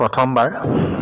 প্ৰথমবাৰ